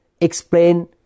explain